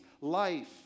life